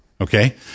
okay